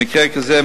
במקרה כזה,